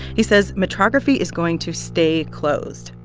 he says metrography is going to stay closed.